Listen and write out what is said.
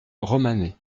romanée